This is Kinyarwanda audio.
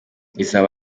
izaba